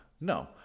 No